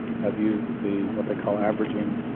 have used the what they call, averaging